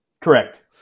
Correct